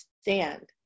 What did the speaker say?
stand